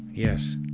yes.